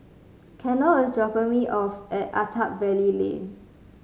Kendal is dropping me off at Attap Valley Lane